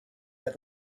that